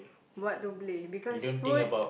what to play because food